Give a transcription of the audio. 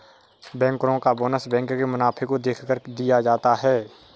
बैंकरो का bonus bank के मुनाफे को देखकर दिया जाता है